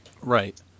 Right